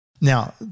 Now